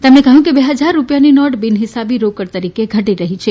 તેમણે કહ્યું કે બે હજાર રૂપિયાની નોટ બિનહિસાબી રોકડ તરીકે ઘટી રહી છે